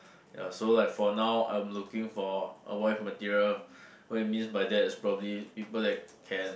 ya so like for now I'm looking for a wife material what it means by that is probably people that can